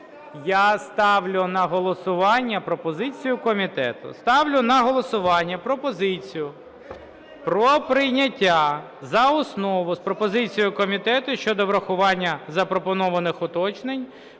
Я ставлю на голосування пропозицію комітету. Ставлю на голосування пропозицію про прийняття за основу з пропозицією комітету щодо врахування запропонованих уточнень